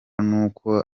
n’uko